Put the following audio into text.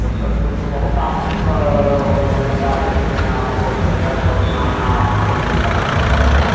तो सर तो तो बहुत आपको क मतलब बार प्रीत में आपको संघर्ष और सामना पानी से करना पड़ता होगा